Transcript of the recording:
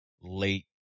late